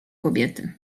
kobiety